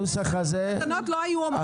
התקנות לא היו אמורות לצאת ביום אחד.